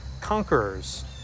conquerors